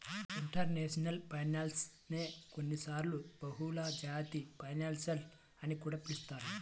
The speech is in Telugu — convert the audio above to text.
ఇంటర్నేషనల్ ఫైనాన్స్ నే కొన్నిసార్లు బహుళజాతి ఫైనాన్స్ అని కూడా పిలుస్తారు